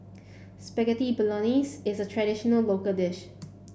Spaghetti Bolognese is a traditional local dish